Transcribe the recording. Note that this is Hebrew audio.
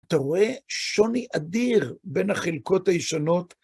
אתה רואה שוני אדיר בין החלקות הישנות